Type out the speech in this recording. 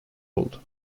oldu